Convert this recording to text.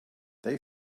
they